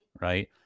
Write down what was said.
Right